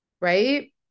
Right